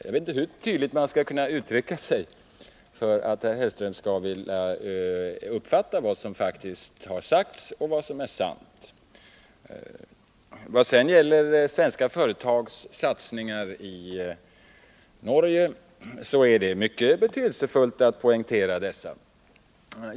Jag vet inte hur tydligt man skall uttrycka sig för att herr Hellström skall vilja uppfatta vad som faktiskt har sagts och vad som är sant. Vad sedan gäller svenska företags satsningar i Norge är det mycket betydelsefullt att poängtera dessa.